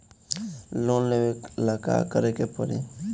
Loan लेवे ला का करे के पड़ी?